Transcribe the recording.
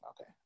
okay